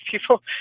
people